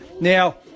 Now